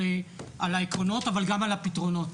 על העקרונות אבל גם על הפתרונות: